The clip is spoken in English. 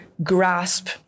grasp